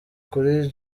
kuri